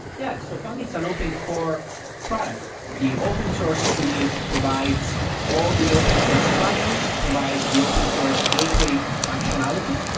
yeah. so kong, it's an open core product. the open source suite provides all the open source plugins. provides the open source gateway functionality,